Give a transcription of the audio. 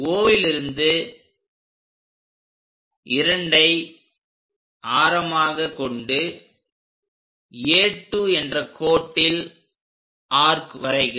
Oலிருந்து 2ஐ ஆரமாக கொண்டு A2 என்ற கோட்டில் ஆர்க் வரைக